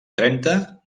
trenta